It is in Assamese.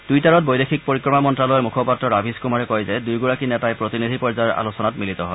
টুইটাৰত বৈদেশিক পৰিক্ৰমা মন্ত্যালয়ৰ মুখপাত্ৰ ৰাভিছ কুমাৰে কয় যে দুয়োগৰাকী নেতাই প্ৰতিনিধি পৰ্যায়ৰ আলোচনাত মিলিত হয়